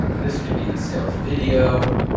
this could be in a sales video.